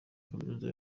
kaminuza